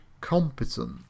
competent